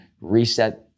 reset